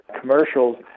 commercials